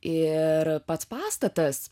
ir pats pastatas